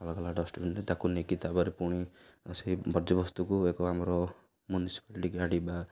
ଅଲଗା ଅଲଗା ଡଷ୍ଟବିନରେ ତାକୁ ନେଇକି ତାପରେ ପୁଣି ସେଇ ବର୍ଜ୍ୟବସ୍ତୁକୁ ଏକ ଆମର ମ୍ୟୁନିସିପାଲିଟି ଗାଡ଼ି ବା